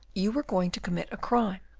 you were going to commit a crime.